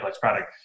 product